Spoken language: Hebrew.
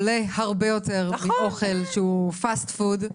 נראה לי שכולנו יודעים שאוכל בריא עולה הרבה יותר מאוכל שהוא פסט פוד.